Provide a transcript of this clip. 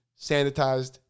sanitized